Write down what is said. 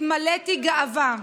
התמלאתי גאווה,